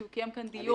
כי הוא קיים כאן דיון.